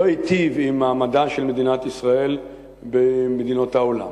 לא היטיב עם מעמדה של מדינת ישראל במדינות העולם.